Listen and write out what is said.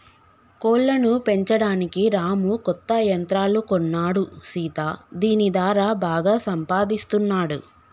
కోళ్లను పెంచడానికి రాము కొత్త యంత్రాలు కొన్నాడు సీత దీని దారా బాగా సంపాదిస్తున్నాడు